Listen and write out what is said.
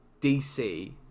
DC